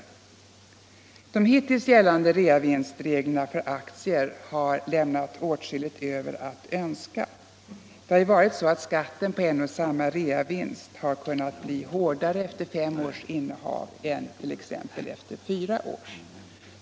De hittills gällande reavinstreglerna för aktier har lämnat åtskilligt övrigt att önska. Skatten på en och samma reavinst har kunnat bli hårdare efter fem års innehav än efter fyra års.